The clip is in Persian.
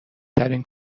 ترین